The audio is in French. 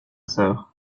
sœur